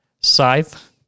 Scythe